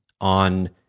on